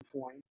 point